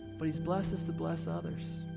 but he's blessed us to bless others.